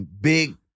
big